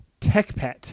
TechPet